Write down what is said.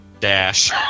Dash